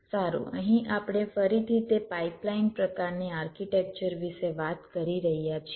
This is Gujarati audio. સારું અહીં આપણે ફરીથી તે પાઈપલાઈન પ્રકારની આર્કિટેક્ચર વિશે વાત કરી રહ્યા છીએ